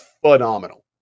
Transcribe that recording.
phenomenal